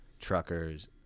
truckers